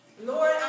Lord